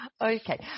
Okay